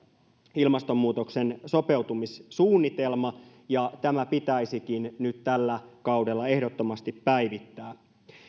ilmastonmuutoksen sopeutumissuunnitelma ja tämä pitäisikin nyt tällä kaudella ehdottomasti päivittää